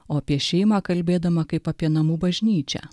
o apie šeimą kalbėdama kaip apie namų bažnyčią